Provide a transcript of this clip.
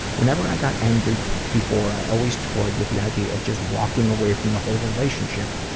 whenever i got angry before, i always toyed with the idea of just walking away from the whole relationship,